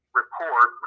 report